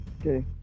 okay